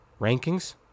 rankings